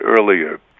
earlier